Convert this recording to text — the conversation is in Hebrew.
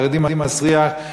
חרדי מסריח,